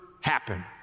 happen